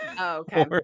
okay